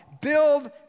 Build